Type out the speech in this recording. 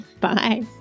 Bye